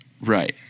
Right